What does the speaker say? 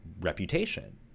reputation